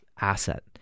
asset